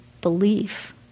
belief